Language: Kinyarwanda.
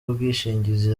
bwishingizi